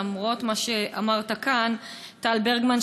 למרות מה שאמרת כאן: טל ברגמן,